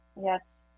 yes